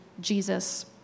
Jesus